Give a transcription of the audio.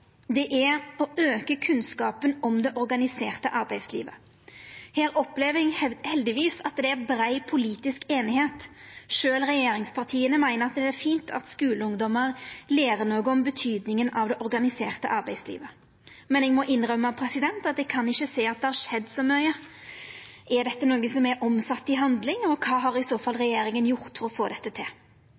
dette punktet. Å auka kunnskapen om det organiserte arbeidslivet. Her opplever me heldigvis at det er brei politisk einighet. Sjølv regjeringspartia meiner det er fint at skuleungdomar lærer noko om betydninga av det organiserte arbeidslivet. Men eg må innrømma at eg ikkje kan sjå at det har skjedd så mykje. Er dette noko som er omsett i handling, og kva har i så fall regjeringa gjort for å få til dette?